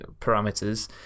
parameters